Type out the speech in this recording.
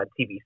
TV